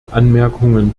anmerkungen